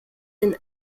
den